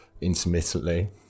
intermittently